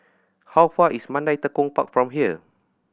how far away is Mandai Tekong Park from here